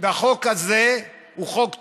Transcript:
החוק הזה הוא חוק טוב.